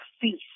feast